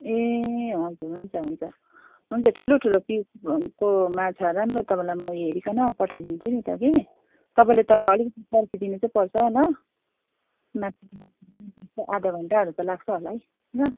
ए हजुर हुन्छ हुन्छ हुन्छ त्यो ठुलो ठुलो पिसको माछा राम्रो तपाईँलाई म हेरिकन पठाइदिन्छु नि त कि तपाईँले तर अलिकति पर्खिदिनु चाहिँ पर्छ ल आधा घन्टाहरू त लाग्छ होला है ल